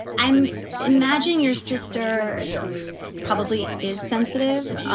i'm imagine your sister probably is sensitive, ah